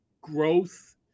growth